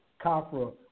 Kafra